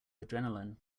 adrenaline